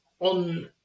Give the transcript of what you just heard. On